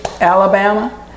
Alabama